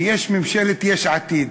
ויש ממשלת יש עתיד,